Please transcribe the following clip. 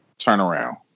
turnaround